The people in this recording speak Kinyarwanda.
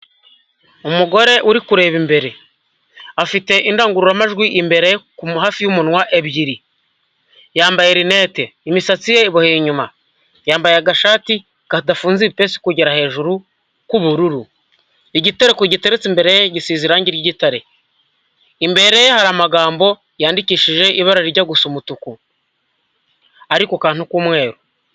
Umugore uri kureba imbere, afite indangururamajwi imbere hafi y'umunwa ebyiri, yambaye rinete, imisatsi ye iboheye inyuma yambaye agashati kadafunze ibipesi kugera hejuru k'ubururu. Igitereko giteretse imbere ye gisize irangi ry'igitare. Imbere hari amagambo yandikishije ibara rijya gusa umutuku ari ku kantu k'umweru.